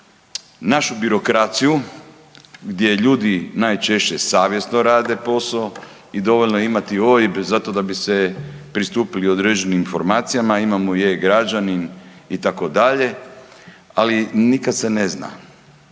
našu birokraciju gdje ljudi najčešće savjesno rade posao i dovoljno je imati OIB zato da bi se pristupili određenim informacijama, imamo i e-Građanin itd., ali nikad se ne zna.